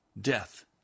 death